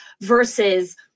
versus